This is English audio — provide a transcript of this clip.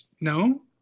No